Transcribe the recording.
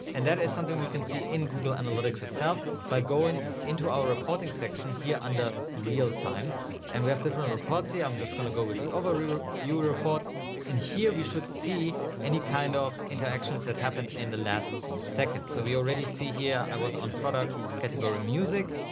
and that is something we can see in google analytics itself by going into our reporting section here under real time and we have different reports. i'm just going to go with the overview ah report and here we should see any kind of interactions that happened in the last second. so we already see here i was on product category music.